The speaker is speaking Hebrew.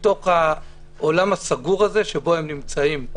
מתוך העולם הסגור הזה שבו הם נמצאים.